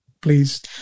Please